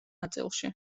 ნაწილში